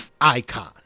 icon